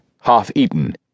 half-eaten